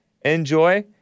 Enjoy